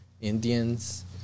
Indians